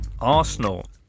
Arsenal